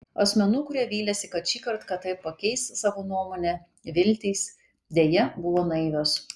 asmenų kurie vylėsi kad šįkart kt pakeis savo nuomonę viltys deja buvo naivios